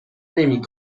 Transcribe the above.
نمی